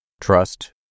Trust